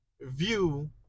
view